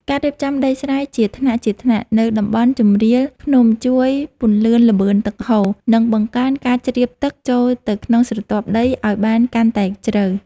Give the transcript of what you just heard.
ការរៀបចំដីស្រែជាថ្នាក់ៗនៅតំបន់ជម្រាលភ្នំជួយពន្យឺតល្បឿនទឹកហូរ និងបង្កើនការជ្រាបទឹកចូលទៅក្នុងស្រទាប់ដីឱ្យបានកាន់តែជ្រៅ។